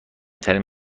ترین